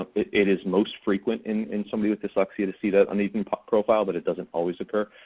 ah it is most frequent in in somebody with dyslexia to see that uneven profile but it doesn't always occur.